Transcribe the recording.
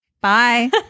bye